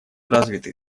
развитые